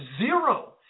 zero